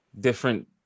different